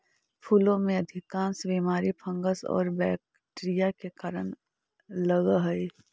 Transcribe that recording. फूलों में अधिकांश बीमारी फंगस और बैक्टीरिया के कारण लगअ हई